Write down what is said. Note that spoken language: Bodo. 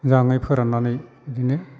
माेजाङै फोराननानै बिदिनो